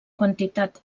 quantitat